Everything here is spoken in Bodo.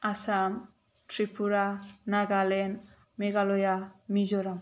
आसाम त्रिपुरा नागालेण्ड मेघालया मिजराम